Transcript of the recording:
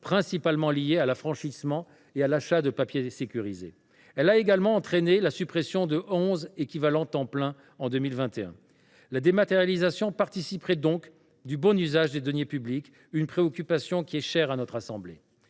principalement liées à l’affranchissement et à l’achat de papier sécurisé. L’expérimentation a également permis la suppression de onze équivalents temps plein (ETP) en 2021. La dématérialisation participerait donc du bon usage des deniers publics, préoccupation chère à notre assemblée.